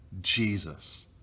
Jesus